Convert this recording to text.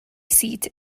seat